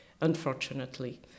unfortunately